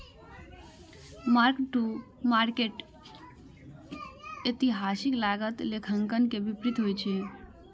mark to market एतिहासिक लागत लेखांकन के विपरीत होइ छै